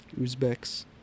Uzbeks